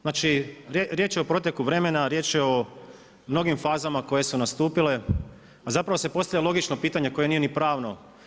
Znači, riječ je o proteku vremena, riječ je o mnogim fazama koje su nastupile, a zapravo se postavlja logično pitanje koje nije ni pravno.